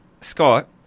Scott